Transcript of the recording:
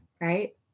right